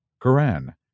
Quran